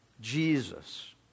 Jesus